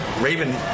Raven